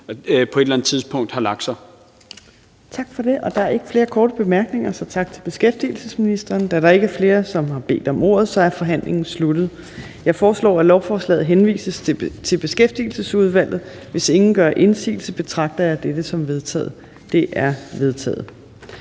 næstformand (Trine Torp): Tak for det. Der er ikke flere korte bemærkninger, så tak til beskæftigelsesministeren. Da der ikke er flere, som har bedt om ordet, er forhandlingen sluttet. Jeg foreslår, at lovforslaget henvises til Beskæftigelsesudvalget. Hvis ingen gør indsigelse, betragter jeg dette som vedtaget. Det er vedtaget.